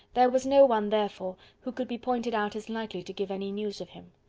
there was no one, therefore, who could be pointed out as likely to give any news of him.